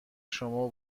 شما